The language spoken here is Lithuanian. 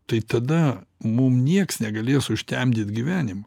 tai tada mum nieks negalės užtemdyt gyvenimo